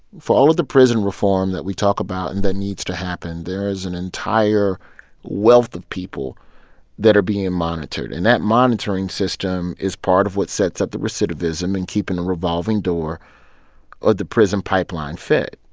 for all of the prison reform that we talk about and that needs to happen, there is an entire wealth of people that are being monitored. and that monitoring system is part of what sets up the recidivism and keeping the revolving door of ah the prison pipeline fit,